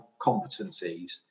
competencies